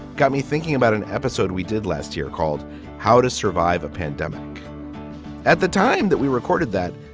got me thinking about an episode we did last year called how to survive a pandemic at the time that we recorded that,